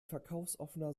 verkaufsoffener